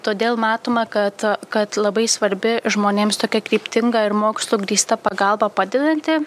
todėl matoma kad kad labai svarbi žmonėms tokia kryptinga ir mokslu grįsta pagalba padedanti